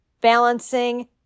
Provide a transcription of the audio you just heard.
balancing